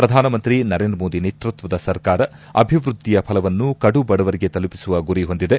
ಪ್ರಧಾನಮಂತ್ರಿ ನರೇಂದ್ರ ಮೋದಿ ನೇತೃತ್ವದ ಸರ್ಕಾರ ಅಭಿವೃದ್ದಿಯ ಫಲವನ್ನು ಕಡು ಬಡವರಿಗೆ ತಲುಪಿಸುವ ಗುರಿ ಹೊಂದಿದೆ